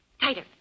Tighter